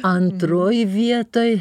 antroj vietoj